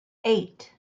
eight